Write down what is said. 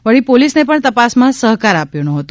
વળી પોલીસને પણ તપાસમાં સહકાર આપ્યો નહોતો